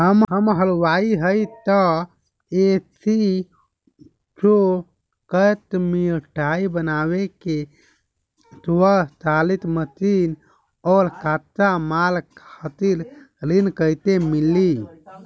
हम हलुवाई हईं त ए.सी शो कैशमिठाई बनावे के स्वचालित मशीन और कच्चा माल खातिर ऋण कइसे मिली?